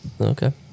Okay